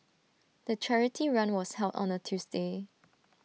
the charity run was held on A Tuesday